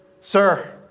Sir